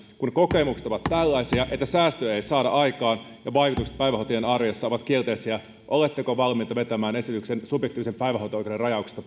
kun kokemukset ovat tällaisia että säästöjä ei saada aikaan ja vaikutukset päiväkotien arjessa ovat kielteisiä oletteko valmiita vetämään pois esityksen subjektiivisen päivähoito oikeuden rajauksesta